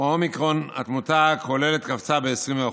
האומיקרון התמותה הכוללת קפצה ב-20%,